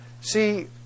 See